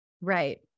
Right